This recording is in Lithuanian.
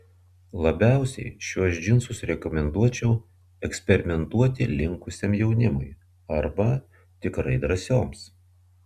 labiausiai šiuos džinsus rekomenduočiau eksperimentuoti linkusiam jaunimui arba tikrai drąsioms